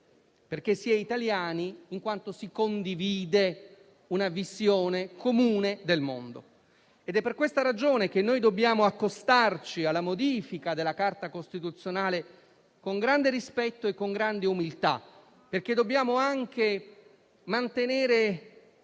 perché si è italiani in quanto si condivide una visione comune del mondo. Questa è la ragione che la quale dobbiamo accostarci alla modifica della Carta costituzionale con grande rispetto e con grande umiltà, perché dobbiamo anche mantenere